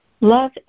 Love